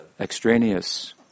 extraneous